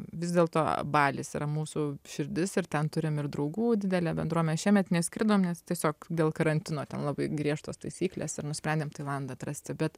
vis dėlto balis yra mūsų širdis ir ten turim ir draugų didelę bendruomenę šiemet neskridom nes tiesiog dėl karantino ten labai griežtos taisyklės ir nusprendėm tailandą atrasti bet